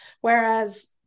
whereas